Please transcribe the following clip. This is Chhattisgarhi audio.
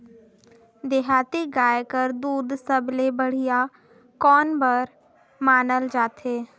देहाती गाय कर दूध सबले बढ़िया कौन बर मानल जाथे?